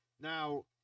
Now